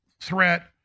threat